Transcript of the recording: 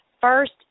first